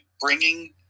bringing